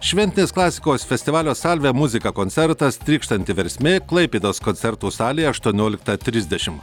šventinės klasikos festivalio salve muzika koncertas trykštanti versmė klaipėdos koncertų salėje aštuonioliktą trisdešimt